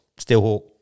Steelhawk